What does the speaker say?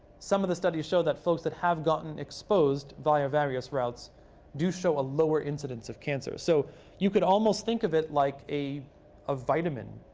some of the studies show that folks that have gotten exposed via various routes do show a lower incidence of cancer. so you could almost think of it like a a vitamin,